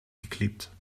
geklebt